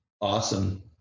awesome